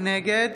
נגד